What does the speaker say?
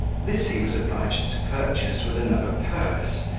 this he was obliged to purchase with another purse,